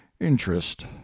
interest